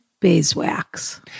beeswax